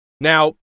Now